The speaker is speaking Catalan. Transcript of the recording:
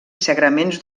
sagraments